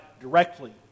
directly